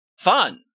fun